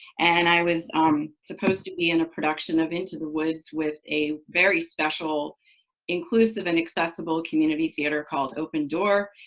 and i was supposed to be in a production of into the woods with a very special inclusive and accessible community theater called open door.